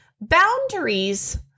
Boundaries